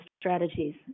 strategies